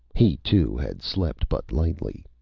he, too, had slept but lightly.